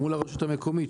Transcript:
גם מול הרשות המקומית,